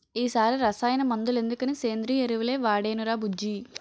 ఈ సారి రసాయన మందులెందుకని సేంద్రియ ఎరువులే వాడేనురా బుజ్జీ